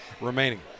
remaining